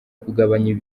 kugabanya